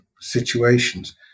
situations